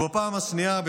ובפעם השנייה,